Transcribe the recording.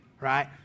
right